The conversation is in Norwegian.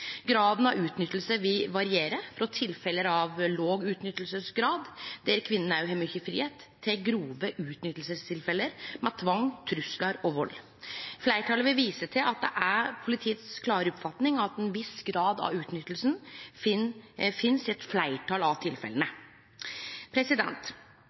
Graden av utnytting vil variere, frå tilfelle av låg utnyttingsgrad, der kvinnene òg har mykje fridom, til grove tilfelle av utnytting med tvang, truslar og vald. Fleirtalet vil vise til at det er politiet si klare oppfatning at ein viss grad av utnytting finst i eit fleirtal av tilfella.